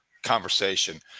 Conversation